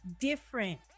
different